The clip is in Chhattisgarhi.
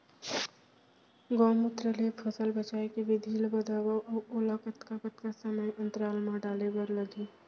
गौमूत्र ले फसल बचाए के विधि ला बतावव अऊ ओला कतका कतका समय अंतराल मा डाले बर लागही?